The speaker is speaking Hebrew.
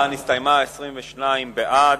22 בעד,